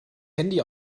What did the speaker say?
handy